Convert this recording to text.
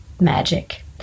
magic